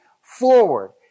forward